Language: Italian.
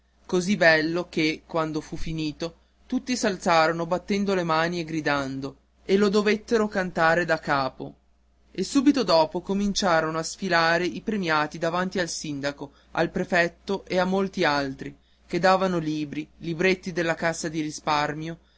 così bello che quando fu finito tutti s'alzarono battendo le mani e gridando e lo dovettero cantare da capo e subito dopo cominciarono a sfilare i premiati davanti al sindaco al prefetto e a molti altri che davano libri libretti della cassa di risparmio